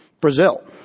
Brazil